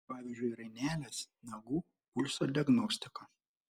pavyzdžiui rainelės nagų pulso diagnostika